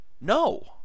No